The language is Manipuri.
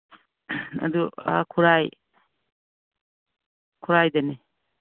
ꯑꯗꯨ ꯈꯨꯔꯥꯏ ꯈꯨꯔꯥꯏꯗꯅꯤ